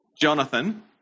Jonathan